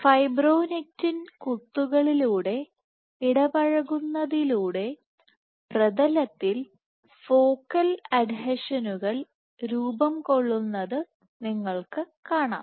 fibronectin കുത്തുകളിലൂടെ ഇടപഴകുന്നതിലൂടെ പ്രതലത്തിൽ ഫോക്കൽ അഡ്ഹീഷനുകൾ രൂപംകൊള്ളുന്നത് നിങ്ങൾക്ക് കാണാം